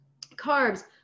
carbs